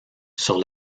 sur